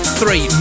three